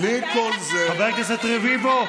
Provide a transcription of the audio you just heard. בלי כל זה, חבר הכנסת רביבו.